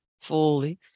fully